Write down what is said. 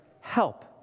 help